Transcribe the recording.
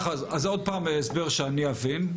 אז שוב הסבר, שאני אבין.